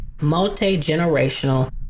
multi-generational